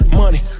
money